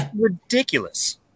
Ridiculous